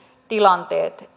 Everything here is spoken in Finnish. tilanteet